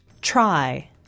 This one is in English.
Try